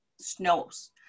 Snows